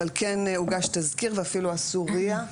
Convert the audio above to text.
אבל כן הוגש תזכיר ואפילו עשו RIA,